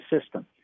system